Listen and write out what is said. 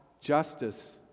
justice